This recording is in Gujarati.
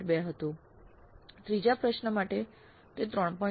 2 હતું ત્રીજા પ્રશ્ન માટે તે 3